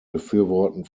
befürworten